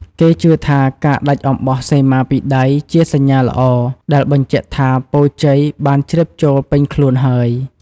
គេជឿថាការដាច់អំបោះសីមាពីដៃជាសញ្ញាល្អ ដែលបញ្ជាក់ថាពរជ័យបានជ្រាបចូលពេញខ្លួនហើយ។